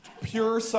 Pure